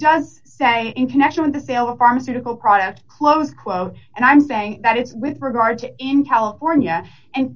does that in connection with the sale of pharmaceutical products close quote and i'm saying that it's with regard to in california and